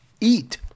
eat